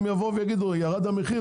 הם ייבואו ויגידו ירד המחיר,